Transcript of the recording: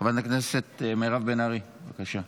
חברת הכנסת מירב בן ארי, בבקשה.